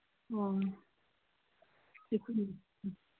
ꯑꯣ